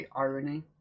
irony